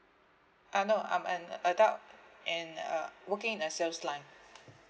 uh no I'm an adult and uh working in the sales line